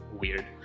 weird